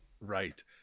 Right